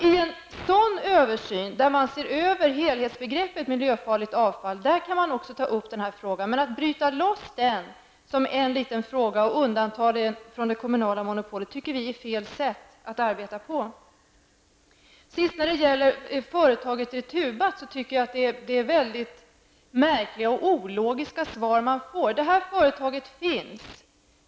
I en sådan översyn av helhetsbegreppet miljöfarligt avfall kan man också ta upp den här frågan, men vi tycker att det är fel sätt att arbeta på att bryta loss den och undanta den från det kommunala monopolet. När det till sist gäller företaget Returbatt tycker jag att det är mycket märkliga och ologiska svar man får. Företaget finns.